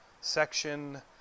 section